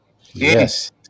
Yes